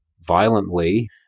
violently